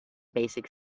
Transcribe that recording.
basic